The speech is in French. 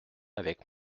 avec